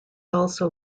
also